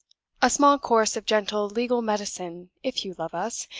a small course of gentle legal medicine, if you love us,